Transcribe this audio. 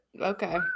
Okay